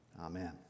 Amen